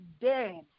dead